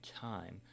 time